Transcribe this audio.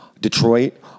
Detroit